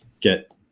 get